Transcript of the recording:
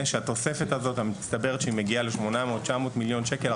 שהתוספת הזאת המצטברת שהיא מגיעה ל-800-900 מיליון שקל,